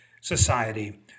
society